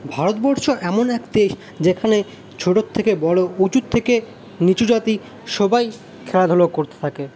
ভারতবর্ষ এমন এক দেশ যেখানে ছোটো থেকে বড়ো উঁচু থেকে নীচু জাতি সবাই খেলাধুলো করতে থাকে